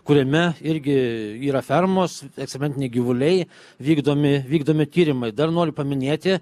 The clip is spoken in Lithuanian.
kuriame irgi yra fermos cementiniai gyvuliai vykdomi vykdomi tyrimai dar noriu paminėti